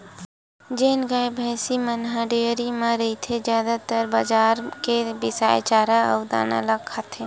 जेन गाय, भइसी मन ह डेयरी म रहिथे जादातर बजार के बिसाए चारा अउ दाना ल खाथे